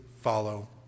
follow